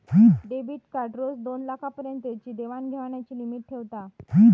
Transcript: debit card रोज दोनलाखा पर्यंतची देवाण घेवाणीची लिमिट ठेवता